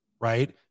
right